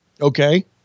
Okay